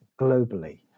globally